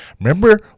Remember